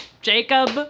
Jacob